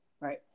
Right